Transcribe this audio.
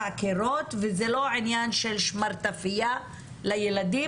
קירות וזה לא עניין של שמרטפייה לילדים,